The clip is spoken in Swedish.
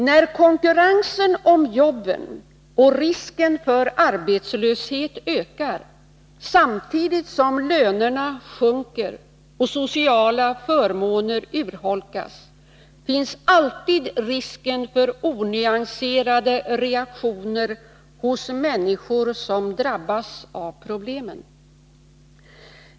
När konkurrensen om jobben och risken för arbetslöshet ökar, samtidigt som lönerna sjunker och sociala förmåner urholkas, finns alltid risken för onyanserade reaktioner hos människor som drabbas av problemen.